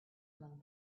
blown